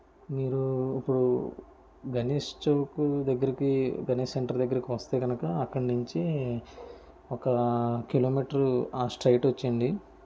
మీరు ఇప్పుడు గణేష్ చౌకు దగ్గరికి గణేష్ సెంటర్ దగ్గరికి వస్తే కనుక అక్కడ నుంచి ఒక కిలో మీటర్ ఆ స్ట్రైట్ వచ్చేయండి